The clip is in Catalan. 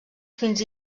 fins